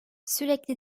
sürekli